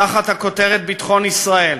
תחת הכותרת "ביטחון ישראל",